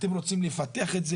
אתם רוצים לפתח את זה